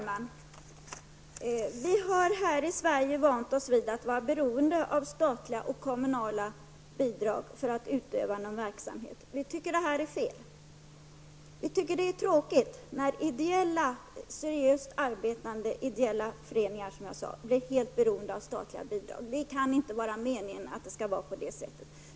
Herr talman! Här i Sverige har vi vant oss vid att vara beroende av statliga och kommunala bidrag för att utöva någon verksamhet. Vi tycker att detta är fel. Det är tråkigt, tycker vi, när seriöst arbetande ideella föreningar blir helt beroende av statliga bidrag. Det kan inte vara meningen att det skall vara på det sättet.